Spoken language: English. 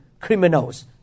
criminals